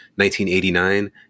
1989